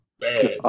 Bad